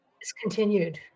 discontinued